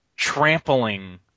Trampling